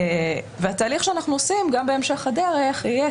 התהליך שאנחנו עושים גם בהמשך הדרך יהיה